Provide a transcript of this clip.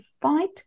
fight